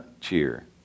cheer